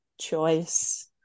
choice